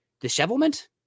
dishevelment